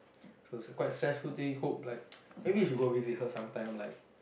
so it's a quite stressful thing hope like maybe we should go visit her sometime like